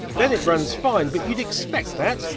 then it runs fine. but you'd expect that.